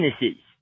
businesses